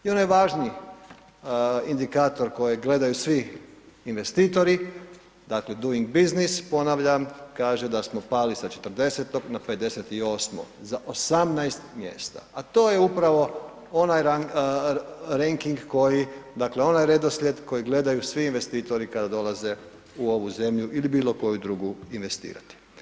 I onaj važniji indikator kojeg gledaju svi investitori Doing busines ponavljam kažu da smo pali sa 40 na 58, za 18 mjesta, pa to je upravo onaj ranking, dakle onaj redoslijed kojeg gledaju svi investitori kada dolaze u ovu zemlju ili bilo koju drugi investirati.